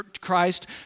Christ